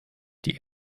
die